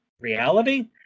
reality